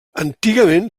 antigament